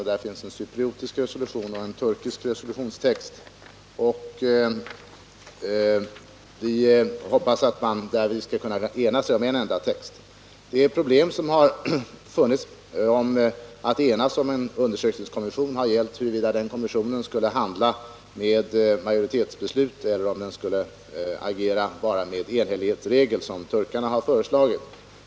Där föreligger en cypriotisk och en turkisk resolutionstext, och vi hoppas att man skall kunna enas om en enda text. Det problem som förelegat när det gällt att enas om en undersökningskommission har rört sig om huruvida en sådan kommission skulle arbeta med majoritetsbeslut eller om den skulle agera enbart genom en enhällighetsregel såsom turkarna har föreslagit.